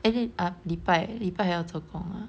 is it ah 礼拜礼拜还要做工 ah